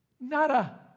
Nada